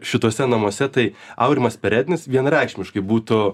šituose namuose tai aurimas perednis vienareikšmiškai būtų